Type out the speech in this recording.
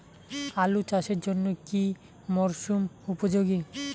আলু চাষের জন্য কি মরসুম উপযোগী?